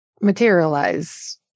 materialize